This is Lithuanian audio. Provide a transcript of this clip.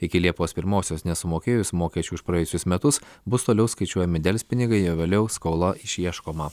iki liepos primosios nesumokėjus mokesčių už praėjusius metus bus toliau skaičiuojami delspinigiai o vėliau skola išieškoma